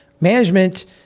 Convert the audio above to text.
management